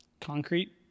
concrete